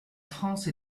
france